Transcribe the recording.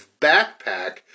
backpack